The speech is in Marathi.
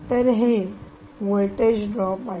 तर हे व्होल्टेज ड्रॉप आहे